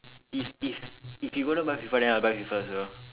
if if if you going to buy Fifa then I buy Fifa as well